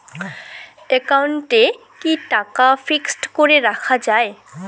একাউন্টে কি টাকা ফিক্সড করে রাখা যায়?